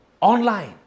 online